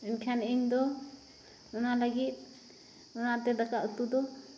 ᱮᱱᱠᱷᱟᱱ ᱤᱧᱫᱚ ᱚᱱᱟ ᱞᱟᱹᱜᱤᱫ ᱚᱱᱟᱛᱮ ᱫᱟᱠᱟᱼᱩᱛᱩᱫᱚ